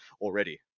already